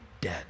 dead